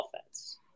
offense